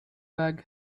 bag